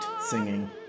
singing